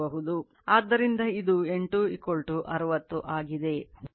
ಆದ್ದರಿಂದ ಇದು N 2 60 ಆಗಿದೆ